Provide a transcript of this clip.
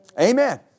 Amen